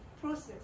process